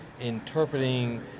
interpreting